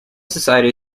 society